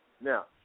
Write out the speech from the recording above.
Now